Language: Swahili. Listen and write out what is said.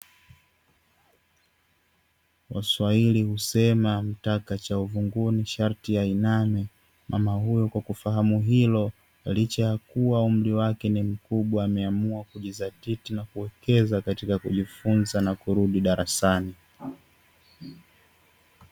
Waswahili husema mtaka cha uvunguni sharti ainame, mama huyu kwa kufahamu hilo. Licha ya kuwa umri wake ni mkubwa ameamua kujizatiti na kuwekeza katika kujifunza na kurudi darasani.